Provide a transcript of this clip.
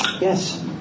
Yes